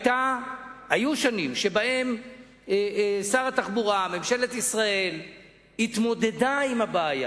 היו שנים שבהן שר התחבורה וממשלת ישראל התמודדו עם הבעיה.